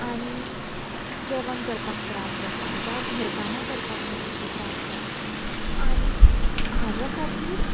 आनी जेवण करपाक त्रास जाता जावं घर कामां करपाक बाकीची त्रास जातात आनी हाज्या खातीर